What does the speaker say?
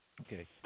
Okay